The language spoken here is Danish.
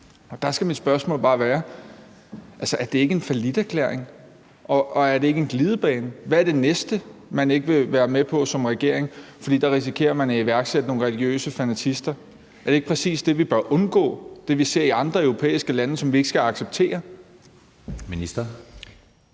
Der skal mit spørgsmål bare være: Er det ikke en falliterklæring, og er det ikke en glidebane? Hvad er det næste, man ikke vil være med til som regering, fordi man så risikerer at aktivere nogle religiøse fanatister? Er det ikke præcis det, vi bør undgå, altså det, vi ser i andre europæiske lande, men som vi ikke skal acceptere?